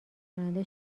کننده